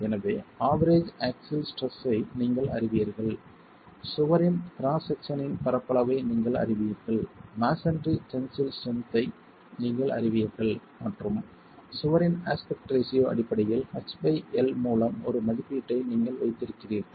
எனவே average axial stress ஐ நீங்கள் அறிவீர்கள் சுவரின் கிராஸ் செக்சனின் பரப்பளவை நீங்கள் அறிவீர்கள் மஸோன்றி டென்சில் ஸ்ட்ரென்த் ஐ நீங்கள் அறிவீர்கள் மற்றும் சுவரின் அஸ்பெக்ட் ரேஷியோ அடிப்படையில் h பை l மூலம் ஒரு மதிப்பீட்டை நீங்கள் வைத்திருக்கிறீர்கள்